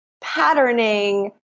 patterning